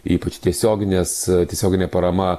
ypač tiesioginės tiesioginė parama